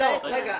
לא הבנתי.